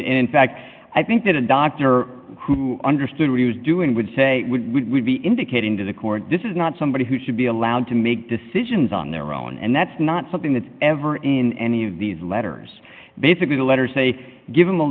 in fact i think that a doctor who understood what he was doing would say would be indicating to the court this is not somebody who should be allowed to make decisions on their own and that's not something that's ever in any of these letters basically the letters say give him a